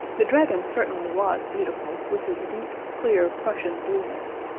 the dragon certainly was beautiful, with his deep, clear prussian blueness,